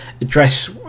address